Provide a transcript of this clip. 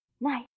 Night